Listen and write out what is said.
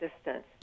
assistance